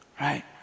right